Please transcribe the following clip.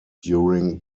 during